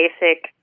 basic